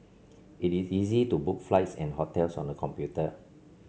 it is easy to book flights and hotels on the computer